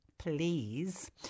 Please